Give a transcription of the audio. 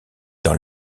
dans